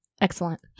Excellent